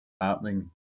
happening